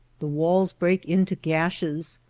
the walls break into gashes,